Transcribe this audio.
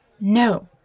No